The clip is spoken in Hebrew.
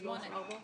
הצבעה